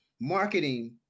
marketing